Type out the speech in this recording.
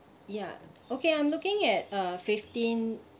ya okay I'm looking at uh fifteen